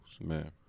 man